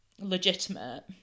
legitimate